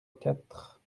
quatre